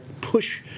push